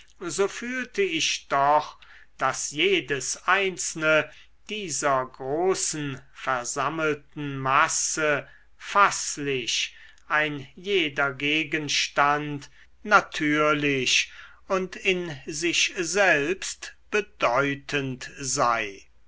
so fühlte ich doch daß jedes einzelne dieser großen versammelten masse faßlich ein jeder gegenstand natürlich und in sich selbst bedeutend sei